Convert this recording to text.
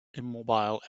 immobile